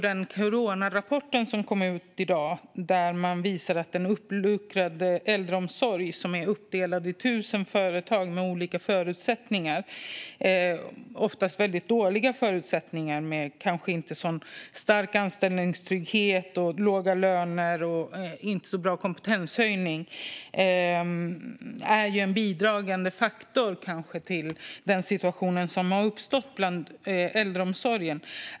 Den coronarapport som kom i dag visar att det i den uppluckrade äldreomsorgen uppdelad på 1 000 företag ofta är svag anställningstrygghet, låga löner och dåligt med kompetenshöjning. Det kan vara en bidragande orsak till den situation som råder i äldreomsorgen.